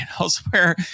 elsewhere